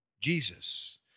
Jesus